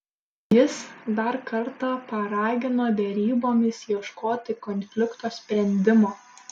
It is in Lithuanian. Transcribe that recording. jis dar kartą paragino derybomis ieškoti konflikto sprendimo